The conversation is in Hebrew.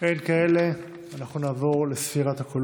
אינה נוכחת עפר שלח,